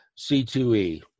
C2E